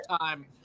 time